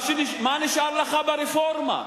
מה נשאר לך ברפורמה?